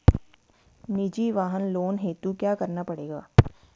निजी वाहन लोन हेतु क्या करना पड़ेगा?